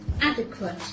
Adequate